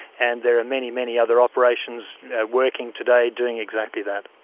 and there are many, many other operations working today doing exactly that.